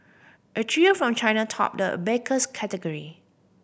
a trio from China topped the abacus category